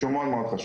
והוא מאוד חשוב,